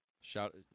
shout